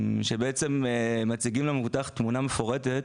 שמציגים למובטח תמונה מפורטת